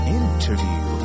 interview